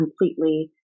completely